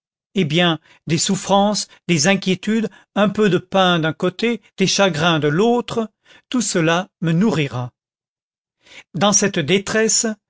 eh bien des souffrances des inquiétudes un peu de pain d'un côté des chagrins de l'autre tout cela me nourrira dans cette détresse